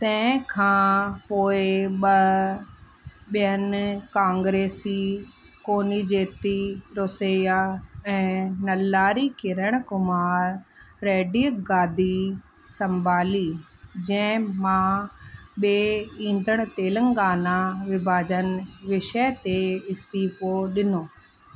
तंहिं खां पोइ ॿ ॿियनि कांग्रेसी कोनि जे ती रोसिया ऐं नलारी किरण कुमार रैडी गादी संभाली जंहिं मां ॿिए ईंदड़ तेलंगाना विभाजन विषय ते इस्तीफ़ो ॾिनो